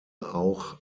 auch